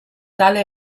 tale